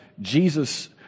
Jesus